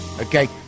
okay